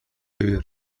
höher